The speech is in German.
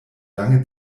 lange